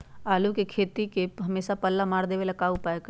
आलू के खेती में हमेसा पल्ला मार देवे ला का उपाय करी?